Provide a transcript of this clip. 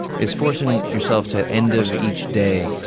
it's forcing yourself to, end of each day,